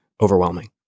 overwhelming